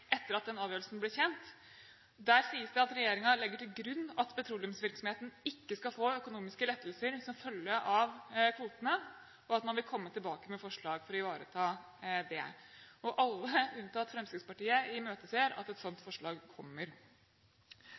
etter at denne avgjørelsen ble kjent. Der sies det at regjeringen legger til grunn at «petroleumsvirksomheten ikke skal få økonomiske lettelser som følge av kvotene, og vil komme tilbake med forslag for å ivareta dette». Alle, unntatt Fremskrittspartiet, imøteser at et sånt forslag kommer.